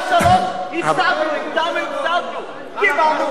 אבל הצבענו כבר.